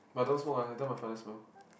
but don't smoke ah later my father smell